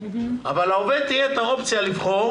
אבל לעובד תהיה האופציה לבחור